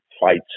fights